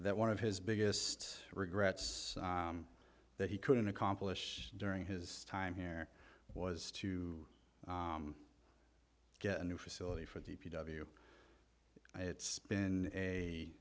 that one of his biggest regrets that he couldn't accomplish during his time here was to get a new facility for the p w it's been a